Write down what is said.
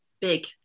big